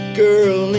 girl